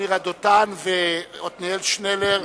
עמירה דותן ועתניאל שנלר,